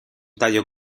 tallo